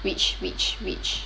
which which which